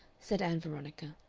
said ann veronica,